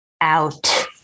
out